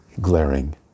glaring